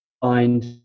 find